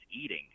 eating